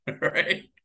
right